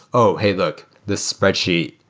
oh! hey, look. this spreadsheet,